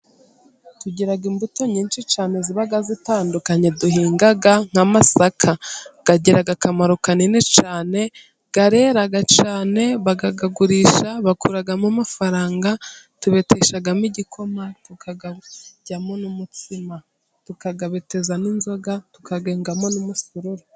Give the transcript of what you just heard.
Tugira imbuto nyinshi cyane ziba zitandukanye. duhinga nk'amasaka, agira akamaro kanini cyane. Arera cyane bakayagurisha, bakuramo amafaranga tubeteshamo igikoma, tukayaryamo n'umutsima. Tukayabeteza n'inzoga, tukayengamo n'umusururu.